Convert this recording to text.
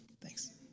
Thanks